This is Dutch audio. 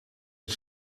het